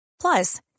Plus